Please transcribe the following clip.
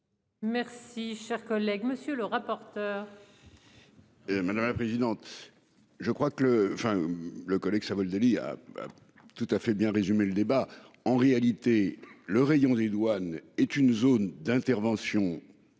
Merci, chers collègues, monsieur le rapporteur. Et madame la présidente. Je crois que le, enfin le collègue Savoldelli. Tout à fait bien résumé le débat. En réalité, le rayon des douanes est une zone d'intervention.